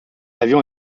avion